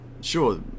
Sure